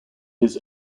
his